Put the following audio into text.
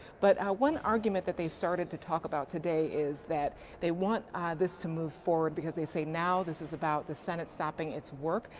but one argument that they started to talk about today is that they want this to move forward because they say now this is about the senate stopping its work.